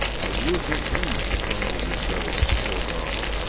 i would that ye should humble yourselves before god,